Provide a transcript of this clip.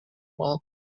mall